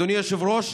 אדוני היושב-ראש,